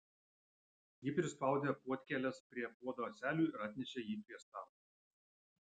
ji prispaudė puodkėles prie puodo ąselių ir atnešė jį prie stalo